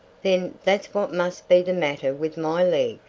then that's what must be the matter with my leg,